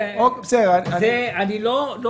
זה לא עובד כך.